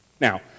Now